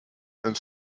and